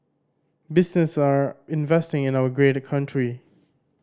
businesses are investing in our great country